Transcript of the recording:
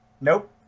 Nope